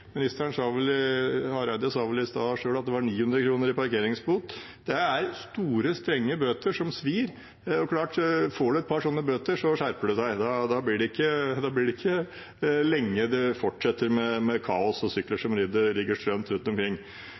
Hareide sa vel i stad at det var 900 kr i parkeringsbot. Det er store, strenge bøter som svir. Det er klart at får du et par sånne bøter, skjerper du deg. Da blir det ikke lenge man fortsetter med kaos og sykler som ligger strødd rundt omkring.